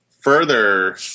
further